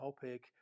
topic